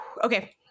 Okay